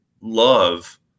love